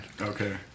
Okay